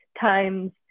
times